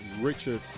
Richard